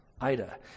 Ida